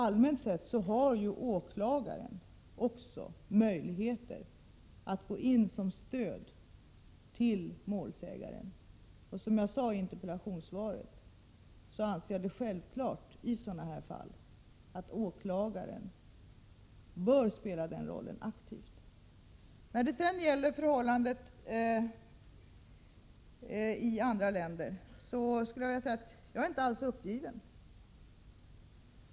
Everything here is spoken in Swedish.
Allmänt sett har också åklagaren möjlighet att gå in som stöd till målsägaren. Som jag sade i interpellationssvaret anser jag att det är självklart att åklagaren i sådana här mål aktivt spelar den rollen. Jag är inte alls uppgiven när det gäller förhållandet i andra länder.